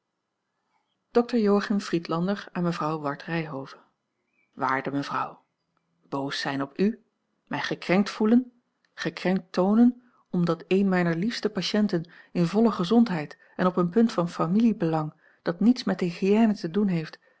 okter oachim riedlander aan mevrouw ward ryhove waarde mevrouw boos zijn op u mij gekrenkt voelen gekrenkt toonen omdat een mijner liefste patiënten in volle gezondheid en op een punt van familiebelang dat niets met de hygiëne te doen heeft